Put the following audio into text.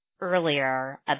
earlier